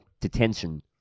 detention